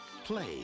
play